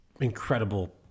incredible